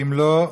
אם לא,